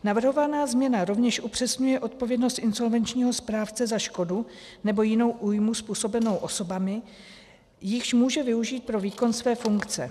Navrhovaná změna rovněž upřesňuje odpovědnost insolvenčního správce za škodu nebo jinou újmu způsobenou osobami, jichž může využít pro výkon své funkce.